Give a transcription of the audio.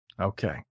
Okay